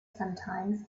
sometimes